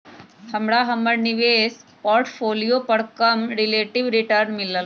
हमरा हमर निवेश पोर्टफोलियो पर कम रिलेटिव रिटर्न मिलल